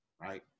right